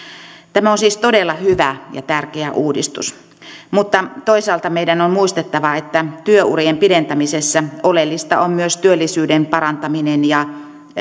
tämä on siis todella hyvä ja tärkeä uudistus mutta toisaalta meidän on muistettava että työurien pidentämisessä oleellista on myös työllisyyden parantaminen ja